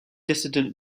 dissident